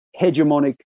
hegemonic